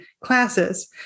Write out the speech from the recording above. classes